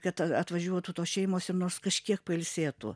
kad atvažiuotų tos šeimos ir nors kažkiek pailsėtų